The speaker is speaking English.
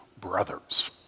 brothers